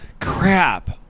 crap